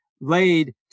laid